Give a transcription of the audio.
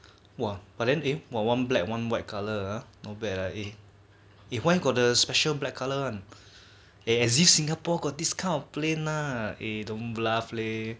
!wah! but then eh one black one white colour uh not bad uh eh eh why got the special black colour one eh as if singapore got this kind of plane lah eh don't bluff leh